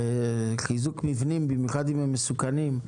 וחיזוק מבנים, במיוחד אם הם מסוכנים,